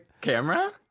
camera